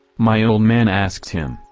my old man asks him,